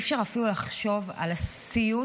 אי-אפשר אפילו לחשוב על הסיוט